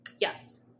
yes